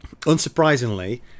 Unsurprisingly